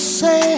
say